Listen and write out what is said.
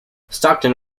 stockton